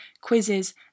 quizzes